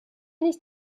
nicht